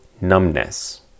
numbness